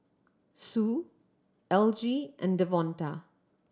Sue Elgie and Devonta